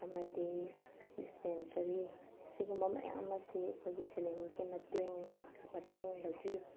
ꯑꯃꯗꯤ ꯗꯤꯁꯄꯦꯟꯁꯔꯤ ꯁꯤꯒꯨꯝꯕ ꯃꯌꯥꯝ ꯑꯁꯤ ꯑꯩꯈꯣꯏꯒꯤ ꯁꯦꯜꯐ ꯍꯦꯜꯞ ꯒ꯭ꯔꯨꯞꯀꯤ ꯃꯇꯦꯡꯅ ꯃꯇꯦꯡꯗꯒꯤ